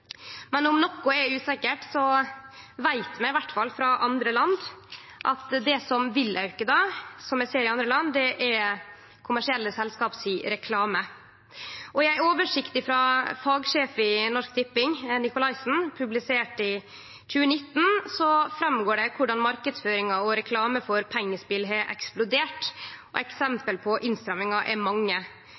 Men vi veit også kva konsekvensane blir av å ikkje styrkje einerettsmodellen og eventuelt ha ei lisensordning – dei er mange. Om noko er usikkert, veit vi iallfall frå andre land at det som vil auke, som vi ser det i andre land, er reklame frå kommersielle selskap. I ei oversikt frå ein fagsjef i Norsk Tipping, Nikolaisen, publisert i 2019, går det fram korleis marknadsføringa og reklame for pengespel har eksplodert, og